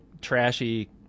trashy